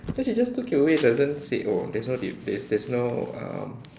then she just took it away doesn't say oh there's no di~ there there's no um